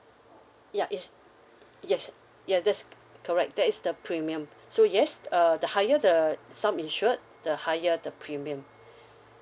yup it's yes yes that's correct that is the premium so yes err the higher the some insured the higher the premium